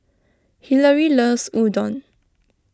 Hilary loves Udon